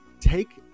take